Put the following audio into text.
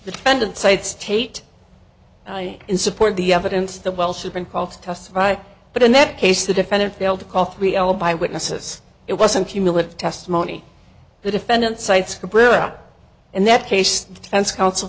defendant side state in support of the evidence that well she's been called to testify but in that case the defendant failed to call three alibi witnesses it wasn't cumulative testimony the defendant cites in that case